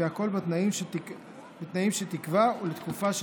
והכול בתנאים שתקבע ולתקופה שתקבע: